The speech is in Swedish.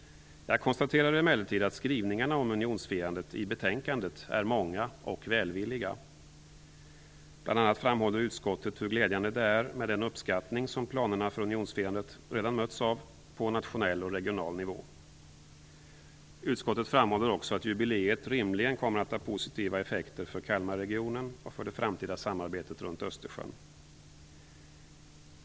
Jag konstaterar emellertid att skrivningarna om unionsfirandet i betänkandet är många och välvilliga. Bl.a. framhåller utskottet hur glädjande det är med den uppskattning som planerna för unionsfirandet redan mötts av på nationell och regional nivå. Utskottet framhåller också att jubileet rimligen kommer att ha positiva effekter för Kalmarregionen och för det framtida samarbetet runt Östersjön.